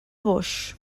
boix